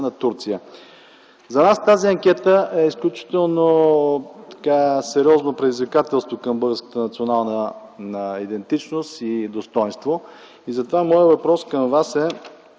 на Турция? За нас тази анкета е изключително сериозно предизвикателство към българската национална идентичност и достойнство и затова моят въпрос към Вас е: